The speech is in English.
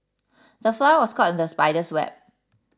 the fly was caught in the spider's web